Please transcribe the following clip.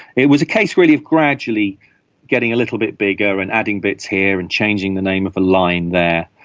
it was a case really of gradually getting little bit bigger and adding bits here and changing the name of a line there.